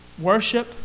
worship